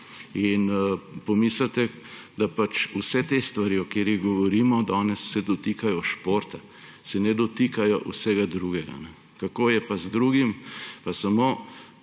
Pomislite, da vse te stvari, o katerih danes govorimo, se dotikajo športa, se ne dotikajo vsega drugega. Kako je pa z drugim, pa samo